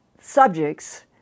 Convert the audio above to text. subjects